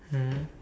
mm